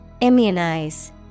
Immunize